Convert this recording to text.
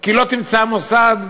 כי לא תמצא מוסד,